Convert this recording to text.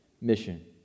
Mission